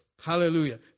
Hallelujah